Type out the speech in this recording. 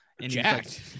jacked